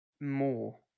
more